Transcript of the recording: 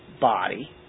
body